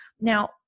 Now